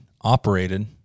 operated